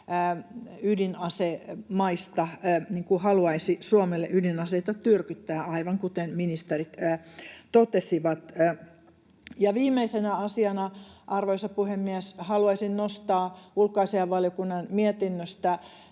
ydinasemaista haluaisi Suomelle ydinaseita tyrkyttää, aivan kuten ministerit totesivat. Ja viimeisenä asiana, arvoisa puhemies, haluaisin nostaa ulkoasiainvaliokunnan mietinnöstä